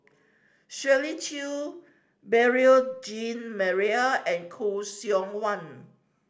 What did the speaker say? Shirley Chew Beurel Jean Marie and Khoo Seok Wan